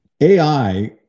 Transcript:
AI